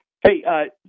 Hey